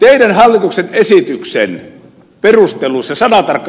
teidän hallituksenne esityksen perusteluista